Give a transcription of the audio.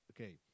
okay